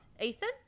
ethan